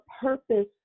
purpose